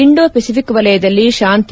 Indo-Pacific ವಲಯದಲ್ಲಿ ಶಾಂತಿ